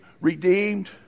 redeemed